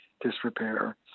disrepair